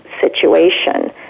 situation